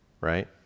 right